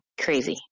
Crazy